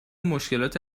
مشکلات